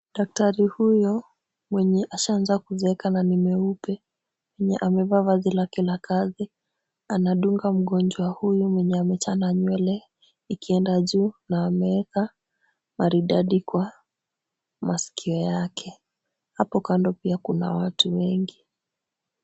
Daktari huyu mwenye ashaanza kuzeeka na ni mweupe, mwenye amevaa vazi lake la kazi, anadunga mgonjwa huyu mwenye amechana nywele ikienda juu na ameeka maridadi kwa masikio yake. Hapo kando pia kuna watu wengi.